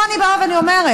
פה אני באה ואני אומרת: